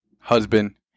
husband